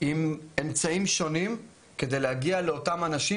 עם אמצעים שונים כדי להגיע לאותם אנשים